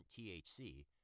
THC